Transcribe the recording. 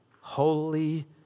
holy